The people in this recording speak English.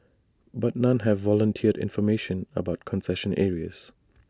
but none have volunteered information about concession areas